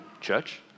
church